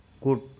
good